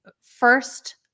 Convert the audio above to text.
first